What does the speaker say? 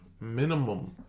Minimum